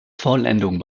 vollendung